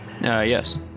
yes